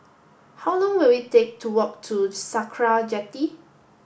how long will it take to walk to Sakra Jetty